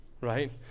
right